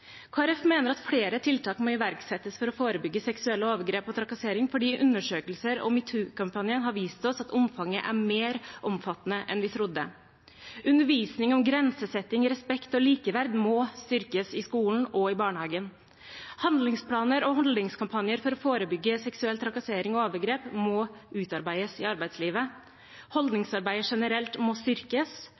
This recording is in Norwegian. Folkeparti mener at flere tiltak må iverksettes for å forebygge seksuelle overgrep og trakassering, fordi undersøkelser og metoo-kampanjen har vist oss at omfanget er mer omfattende enn vi trodde. Undervisning om grensesetting, respekt og likeverd må styrkes i skolen og i barnehagen. Handlingsplaner og holdningskampanjer for å forebygge seksuell trakassering og overgrep må utarbeides i arbeidslivet, holdningsarbeidet generelt må styrkes,